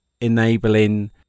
enabling